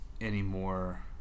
anymore